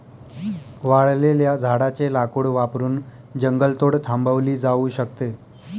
वाळलेल्या झाडाचे लाकूड वापरून जंगलतोड थांबवली जाऊ शकते